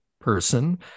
person